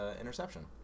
interception